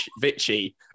Vichy